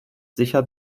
sicher